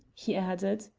he added.